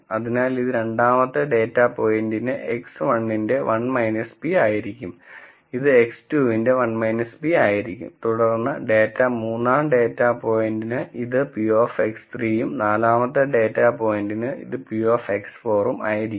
അതിനാൽ ഇത് രണ്ടാമത്തെ ഡാറ്റാ പോയിന്റിന് X1 ന്റെ 1 p ആയിരിക്കും ഇത് X2 ന്റെ 1 p ആയിരിക്കും തുടർന്ന് ഡാറ്റ മൂന്നാം ഡാറ്റാ പോയിന്റിന് ഇത് p of X3 യും നാലാമത്തെ ഡാറ്റാ പോയിന്റിന് ഇത് p of X4 ഉം ആയിരിക്കും